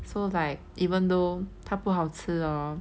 so like even though 它不好吃 hor